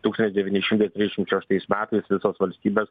tūkstantis devyni šimtai trisdešimt šeštais metais visos valstybės